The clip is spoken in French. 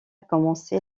commencer